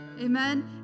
Amen